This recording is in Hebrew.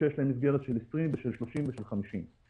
שיש להם מסגרת של 20,000 או 30,000 או 50,000 שקל.